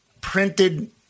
printed